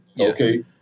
Okay